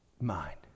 mind